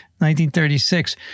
1936